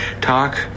talk